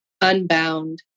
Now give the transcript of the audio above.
unbound